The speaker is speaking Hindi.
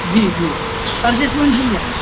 जी जी अरजेस्टमेंट हो जाएगी